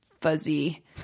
fuzzy